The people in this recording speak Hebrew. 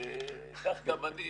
כך גם אני,